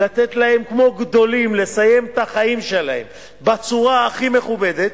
ולתת להם כמו גדולים לסיים את החיים שלהם בצורה הכי מכובדת,